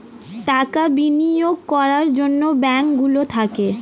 টাকা বিনিয়োগ করার জন্যে ব্যাঙ্ক গুলো থাকে